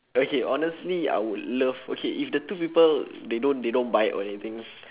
okay honestly I would love okay if the two people they don't they don't bite or anything